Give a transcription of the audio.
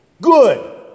Good